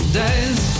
days